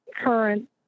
current